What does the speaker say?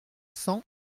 cent